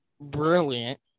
brilliant